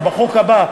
ובחוק הבא,